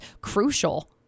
crucial